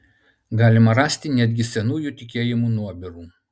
galima rasti netgi senųjų tikėjimų nuobirų